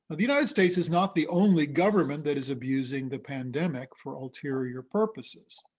the united states is not the only government that is abusing the pandemic for ulterior purposes.